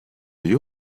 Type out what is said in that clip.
you